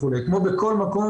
כמו בכל מקום.